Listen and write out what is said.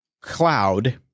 cloud